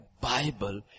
Bible